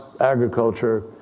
agriculture